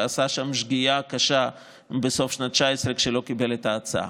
ועשה שם שגיאה קשה בסוף שנת 2019 כשלא קיבל את ההצעה.